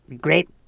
great